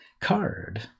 card